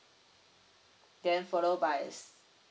then follow by